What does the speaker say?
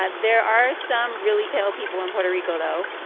ah there are some really pale people in puerto rico, though.